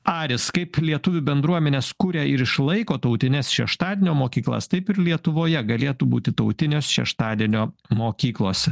ares kaip lietuvių bendruomenes kuria ir išlaiko tautines šeštadienio mokyklas taip ir lietuvoje galėtų būti tautinės šeštadienio mokyklos